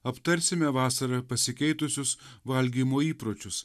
aptarsime vasarą pasikeitusius valgymo įpročius